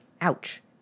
ouch